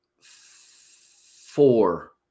Four